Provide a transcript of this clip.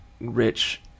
rich